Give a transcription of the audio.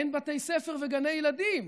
אין בתי ספר וגני ילדים,